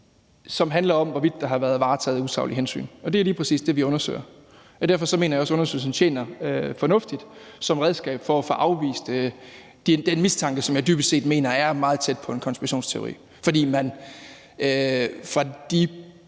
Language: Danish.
som handler om, hvorvidt der har været varetaget usaglige hensyn. Det er lige præcis det, vi undersøger. Derfor mener jeg også, at undersøgelsen tjener fornuftigt som redskab for at få afvist den mistanke, som jeg dybest set mener er meget tæt på at være en konspirationsteori, fordi de